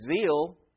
zeal